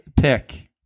pick